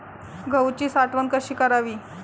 गहूची साठवण कशी करावी?